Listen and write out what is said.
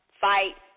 Fight